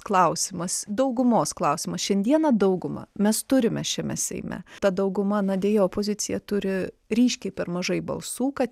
klausimas daugumos klausimas šiandieną daugumą mes turime šiame seime ta dauguma na deja opozicija turi ryškiai per mažai balsų kad